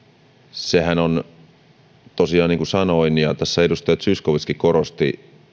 sehän on tosiaan niin kuin sanoin ja edustaja zyskowiczkin korosti